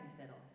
fiddle